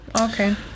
Okay